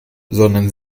sondern